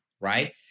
Right